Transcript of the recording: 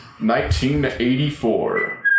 1984